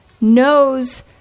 knows